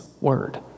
word